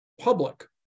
public